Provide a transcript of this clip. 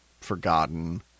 forgotten